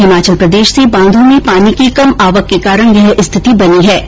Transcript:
हिमाचल प्रदेश से बांधों में पानी की कम आवक के कारण यह स्थिति बनीहै